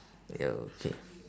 yeah okay